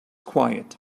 quiet